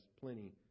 plenty